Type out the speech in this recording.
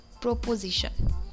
proposition